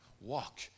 walk